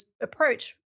approach